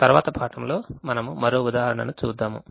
తర్వాత పాఠంలో మనం మరో ఉదాహరణను చూద్దాము